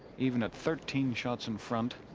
even at thirteen, shots in front